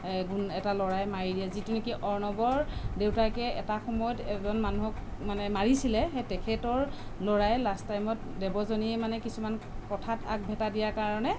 এই এটা ল'ৰাই মাৰি দিয়ে যিটো নেকি অৰ্ণৱৰ দেউতাকে এটা সময়ত এজন মানুহক মানে মাৰিছিল সেই তেখেতৰ ল'ৰাই লাষ্ট টাইমত দেৱযানীয়ে মানে কিছুমান কথাত আগভেটা দিয়া কাৰণে